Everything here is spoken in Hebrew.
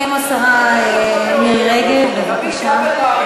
תסכם השרה מירי רגב, בבקשה.